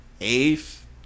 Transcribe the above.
Eighth